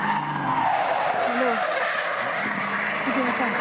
hello किदें सांग